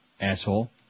Asshole